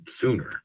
sooner